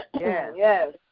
Yes